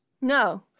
No